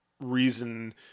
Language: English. reason